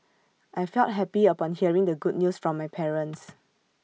I felt happy upon hearing the good news from my parents